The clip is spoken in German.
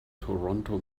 toronto